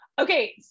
Okay